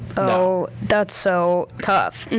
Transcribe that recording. oh, that's so tough.